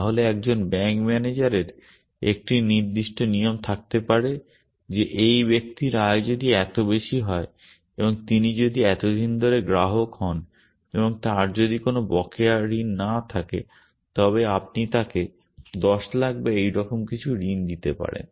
তাহলে একজন ব্যাঙ্ক ম্যানেজারের একটি নির্দিষ্ট নিয়ম থাকতে পারে যে এই ব্যক্তির আয় যদি এত বেশি হয় এবং তিনি যদি এত দিন ধরে গ্রাহক হন এবং তার যদি কোনও বকেয়া ঋণ না থাকে তবে আপনি তাকে 10 লাখ বা এইরকম কিছু ঋণ দিতে পারেন